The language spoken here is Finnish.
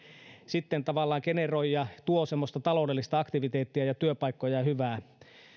sitten tavallaan generoi ja tuo semmoista taloudellista aktiviteettia ja työpaikkoja